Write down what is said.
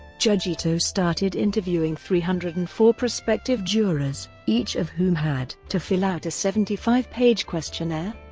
judge ito started interviewing three hundred and four prospective jurors, each of whom had to fill out a seventy five page questionnaire.